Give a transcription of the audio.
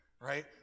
right